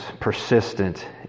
persistent